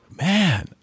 man